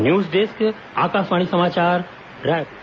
news desk Akashvani समाचार रायपुर